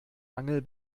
angel